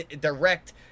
direct